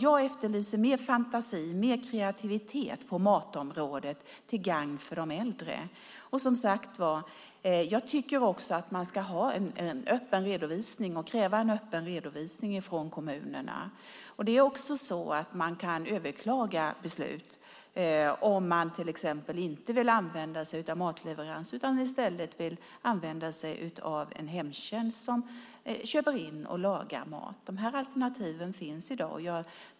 Jag efterlyser mer fantasi och mer kreativitet på matområdet till gagn för de äldre. Jag tycker att man ska kräva en öppen redovisning från kommunerna. Man kan överklaga beslut om man till exempel inte vill använda sig av matleveranser utan i stället vill använda sig av hemtjänst som köper in och lagar mat. De alternativen finns i dag.